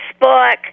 book